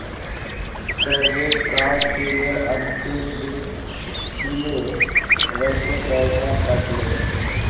credit card बिलेर अंतिम दिन छिले वसे पैसा कट ले